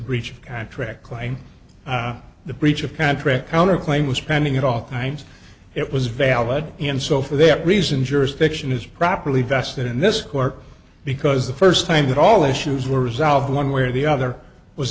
contract claim the breach of contract counterclaim was pending at all times it was valid and so for that reason jurisdiction is properly vested in this court because the first time that all issues were resolved one way or the other was